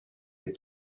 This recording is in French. les